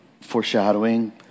foreshadowing